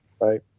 Right